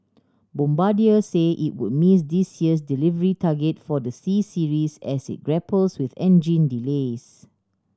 bombardier say it would miss this year's delivery target for the C Series as it grapples with engine delays